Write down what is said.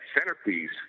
centerpiece